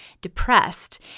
depressed